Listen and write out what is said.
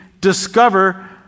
discover